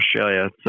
Australia